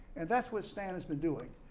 and that's what stan has been doing.